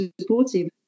supportive